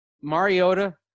Mariota